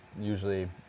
usually